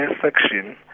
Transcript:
section